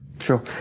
Sure